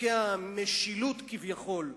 חוקי המשילות, כביכול,